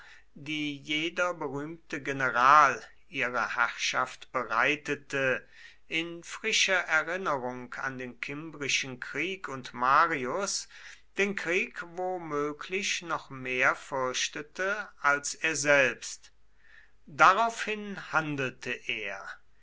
die jeder berühmte general ihrer herrschaft bereitete in frischer erinnerung an den kimbrischen krieg und marius den krieg womöglich noch mehr fürchtete als er selbst daraufhin handelte er